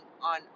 on